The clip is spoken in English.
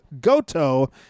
Goto